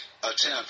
attempt